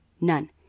None